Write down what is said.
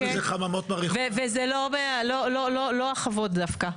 זה לאו דווקא החוות.